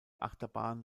achterbahn